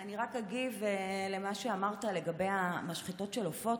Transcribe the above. אני רק אגיב למה שאמרת לגבי המשחטות של עופות,